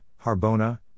Harbona